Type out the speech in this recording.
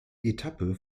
etappe